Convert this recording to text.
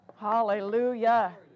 Hallelujah